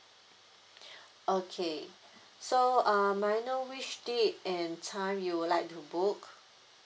okay so um may I know which date and time you would like to book